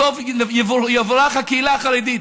תבורך הקהילה החרדית,